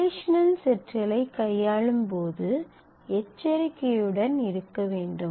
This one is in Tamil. ரிலேஷனல் செட்களைக் கையாளும் போது எச்சரிக்கையுடன் இருக்க வேண்டும்